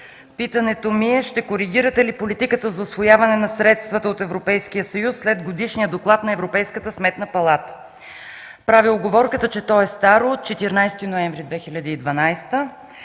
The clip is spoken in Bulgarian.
питането ми е: ще коригирате ли политиката за усвояване на средствата от Европейския съюз след Годишния доклад на Европейската сметна палата? Правя уговорката, че той е стар – от 14 ноември 2012 г.